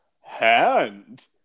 hand